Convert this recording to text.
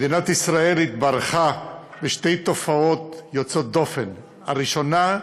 מדינת ישראל התברכה בשתי תופעות יוצאות דופן: הראשונה,